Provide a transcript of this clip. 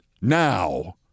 now